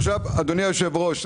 אדוני היושב-ראש,